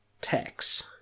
Tax